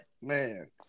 man